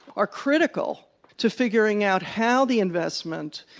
are critical to figuring out how the investment,